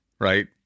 right